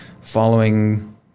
following